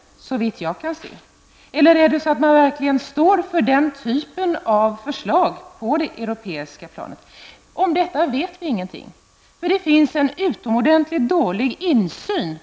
Eller står man verkligen för den typen av förslag på det europeiska planet? Om det vet vi ingenting.